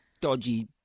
dodgy –